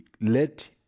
let